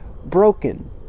broken